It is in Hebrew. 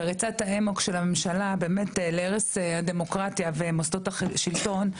וריצת האמוק של הממשלה באמת להרס הדמוקרטיה ומוסדות השלטון,